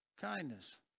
Kindness